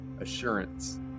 assurance